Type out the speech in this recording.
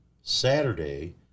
Saturday